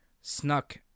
snuck